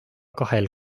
kahel